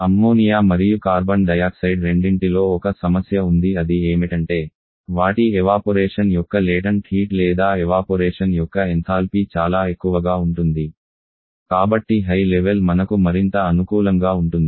ammonia మరియు carbon dioxide రెండింటిలో ఒక సమస్య ఉంది అది ఏమిటంటే వాటి ఎవాపొరేషన్ యొక్క గుప్త హీట్ లేదా ఎవాపొరేషన్ యొక్క ఎంథాల్పీ చాలా ఎక్కువగా ఉంటుంది కాబట్టి హై లెవెల్ మనకు మరింత అనుకూలంగా ఉంటుంది